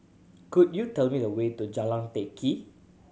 could you tell me the way to Jalan Teck Kee